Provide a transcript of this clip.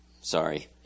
Sorry